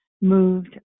Moved